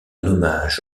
hommage